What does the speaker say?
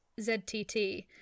ZTT